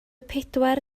pedwar